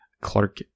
Clark